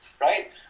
right